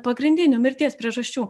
pagrindinių mirties priežasčių